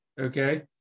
okay